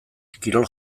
kirol